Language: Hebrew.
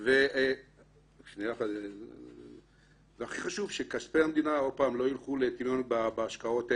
הכי חשוב שכספי המדינה לא ירדו לטמיון בהשקעות האלה.